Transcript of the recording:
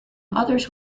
others